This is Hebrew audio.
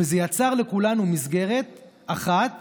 וזה יצר לכולנו מסגרת אחת